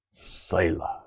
sailor